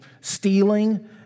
stealing